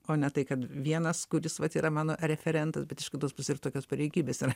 o ne tai kad vienas kuris vat yra mano referentas bet iš kitos pusės ir tokios pareigybės yra